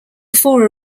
four